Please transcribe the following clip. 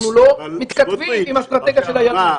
אנחנו לא מתכתבים עם האסטרטגיה של היריב.